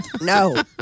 No